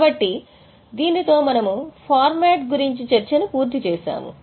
కాబట్టి దీనితో మనము ఫార్మాట్ గురించి చర్చను పూర్తి చేసాము